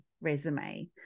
resume